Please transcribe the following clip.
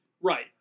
Right